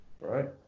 Right